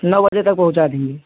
नौ बजे तक पहुँचा देंगे